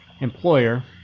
employer